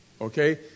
Okay